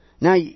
Now